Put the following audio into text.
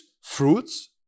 fruits